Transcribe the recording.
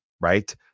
right